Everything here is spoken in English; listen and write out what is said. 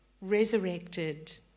resurrected